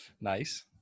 Nice